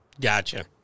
Gotcha